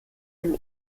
dem